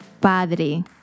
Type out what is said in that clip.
Padre